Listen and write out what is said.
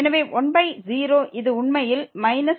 எனவே 10 இது உண்மையில் −∞